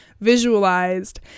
visualized